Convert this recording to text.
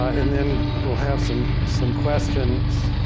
and then, we'll have some some questions,